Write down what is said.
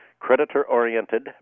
creditor-oriented